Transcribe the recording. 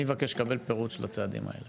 אני אבקש לקבל פירוט של הצעדים האלה.